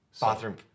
bathroom